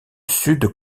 sud